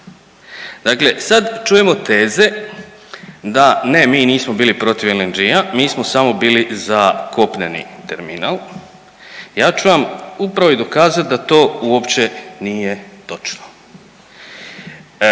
Dakle sad čujemo teze da ne mi nismo bili protiv LNG, mi smo samo bili za kopneni terminal. Ja ću vam upravo i dokazat da to uopće nije točno.